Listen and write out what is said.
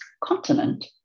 continent